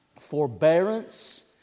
forbearance